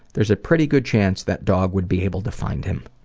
there's a pretty good chance that dog would be able to find him.